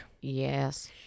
Yes